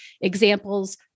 examples